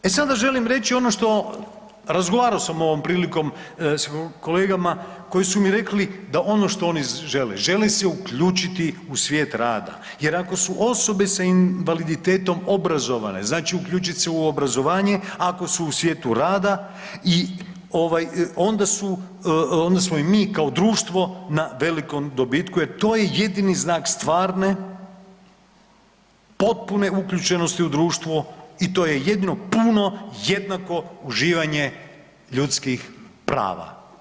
E sada želim reći ono što, razgovaro sam ovom prilikom s kolegama koji su mi rekli da ono što oni žele, žele se uključiti u svijet rada jer ako su osobe sa invaliditetom obrazovane, znači uključit se u obrazovanje, a ako su u svijetu rada i ovaj onda su, onda smo i mi kao društvo na velikom dobitku jer to je jedini znak stvarne potpune uključenosti u društvo i to je jedino puno jednako uživanje ljudskih prava.